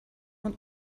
man